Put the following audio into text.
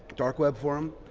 dark web forum,